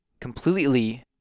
completely